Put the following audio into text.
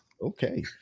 Okay